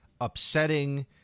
upsetting